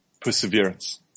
perseverance